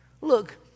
Look